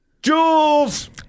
Jules